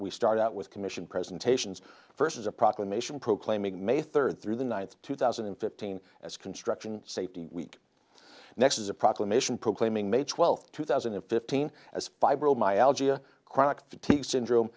we start out with commission presentations versus a proclamation proclaiming may third through the ninth two thousand and fifteen as construction safety week next is a proclamation proclaiming may twelfth two thousand and fifteen as fibromyalgia chronic fatigue syndrome